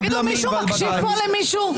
מישהו מקשיב פה למישהו?